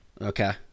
Okay